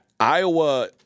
Iowa